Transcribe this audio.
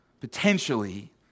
potentially